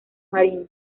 marinos